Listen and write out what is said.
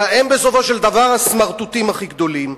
בסופו של דבר הם הסמרטוטים הכי גדולים.